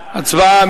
הצבעה.